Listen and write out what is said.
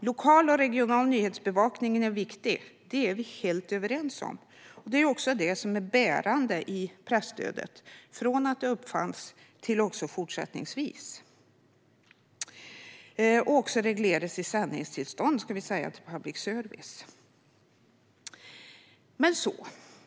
Lokal och regional nyhetsbevakning är viktig - det är vi helt överens om - och också bärande i presstödet, från det att det uppfanns men också fortsättningsvis. Detta är också reglerat i sändningstillstånd för public service.